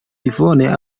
yvonne